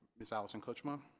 this alison kutchma